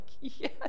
yes